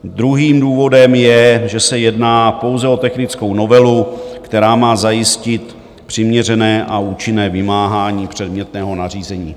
Druhým důvodem je, že se jedná pouze o technickou novelu, která má zajistit přiměřené a účinné vymáhání předmětného nařízení.